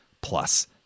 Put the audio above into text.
plus